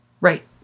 Right